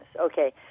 Okay